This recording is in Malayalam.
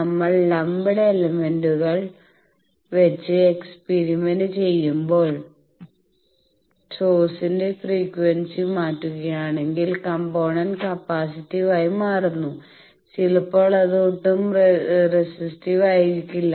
നമ്മൾ ലംപ്ഡ് എലമെന്റുകളൾ വെച്ച് എക്സ്പീരിമെന്റ് ചെയ്യുമ്പോൾ സോഴ്സിന്റെ ഫ്രീക്വൻസി മാറ്റുകയാണെങ്കിൽ കമ്പോണെന്റ് കപ്പാസിറ്റീവ് ആയി മാറുന്നു ചിലപ്പോൾ അത് ഒട്ടും റെസിസ്റ്റീവ് ആയിരിക്കില്ല